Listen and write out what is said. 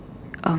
um